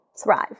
Thrive